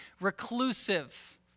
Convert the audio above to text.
reclusive